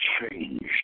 changed